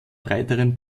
breiteren